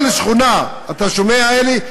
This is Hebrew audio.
כל שכונה, אתה שומע, אלי?